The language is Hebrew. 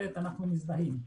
בהחלט מזדהים.